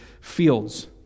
fields